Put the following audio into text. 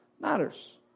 matters